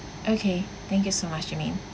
okay thank you so much germaine